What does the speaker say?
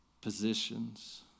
positions